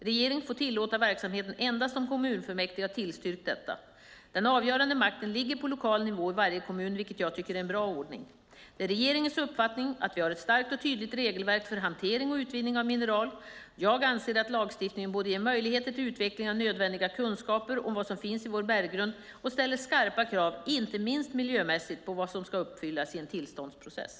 Regeringen får tillåta verksamheten endast om kommunfullmäktige har tillstyrkt detta. Den avgörande makten ligger på lokal nivå i varje kommun, vilket jag tycker är en bra ordning. Det är regeringens uppfattning att vi har ett starkt och tydligt regelverk för hantering och utvinning av mineral. Jag anser att lagstiftningen både ger möjligheter till utveckling av nödvändiga kunskaper om vad som finns i vår berggrund och ställer skarpa krav - inte minst miljömässigt - på vad som ska uppfyllas i en tillståndsprocess.